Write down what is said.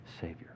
Savior